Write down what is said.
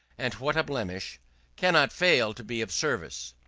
and what a blemish cannot fail to be of service.